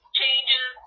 changes